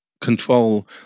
control